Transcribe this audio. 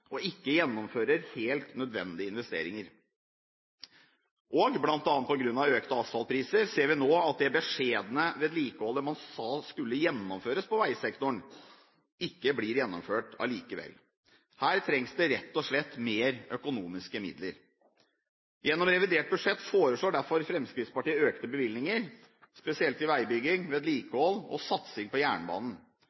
og ikke gjennomfører helt nødvendige investeringer. Blant annet på grunn av økte asfaltpriser ser vi nå at det beskjedne vedlikeholdet man sa skulle gjennomføres på veisektoren, ikke blir gjennomført allikevel. Her trengs det rett og slett mer økonomiske midler. Gjennom revidert budsjett foreslår derfor Fremskrittspartiet økte bevilgninger, spesielt til veibygging,